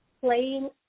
playing